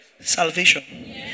Salvation